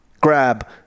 grab